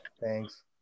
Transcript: Thanks